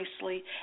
nicely